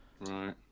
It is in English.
Right